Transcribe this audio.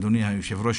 אדוני היושב-ראש,